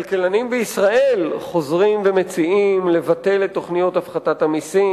כלכלנים בישראל חוזרים ומציעים לבטל את תוכניות הפחתת המסים.